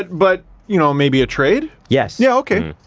but you know, maybe a trade. yes. yeah, okay,